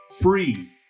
free